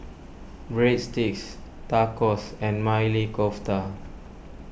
Breadsticks Tacos and Maili Kofta